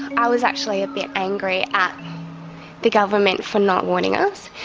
i was actually a bit angry at the government for not warning us.